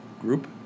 group